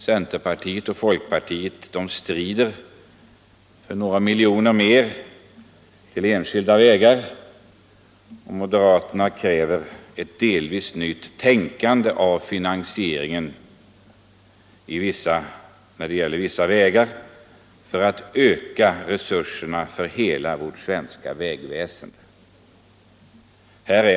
Centern och folkpartiet strider för några miljoner mer till de enskilda vägarna, och moderaterna kräver ett delvis nytt tänkande när det gäller finansieringen av vissa vägar för att därmed öka resurserna för hela det svenska vägväsendet.